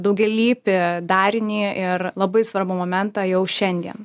daugialypį darinį ir labai svarbų momentą jau šiandien